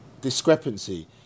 discrepancy